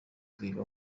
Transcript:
twiga